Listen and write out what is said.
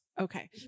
Okay